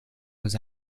was